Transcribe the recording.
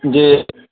जी